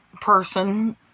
person